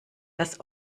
das